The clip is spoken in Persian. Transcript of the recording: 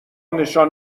نشان